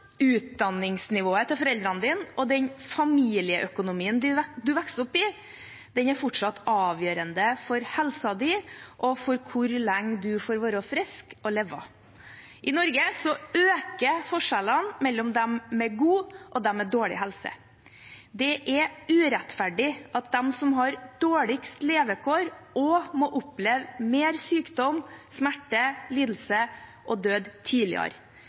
utdanningsnivået til foreldrene dine og den familieøkonomien du vokser opp med, er fortsatt avgjørende for helsen din og for hvor lenge du får være frisk og leve. I Norge øker forskjellene mellom dem med god og dem med dårlig helse. Det er urettferdig at de som har dårligst levekår, også må oppleve mer sykdom, smerte, lidelse og tidligere død.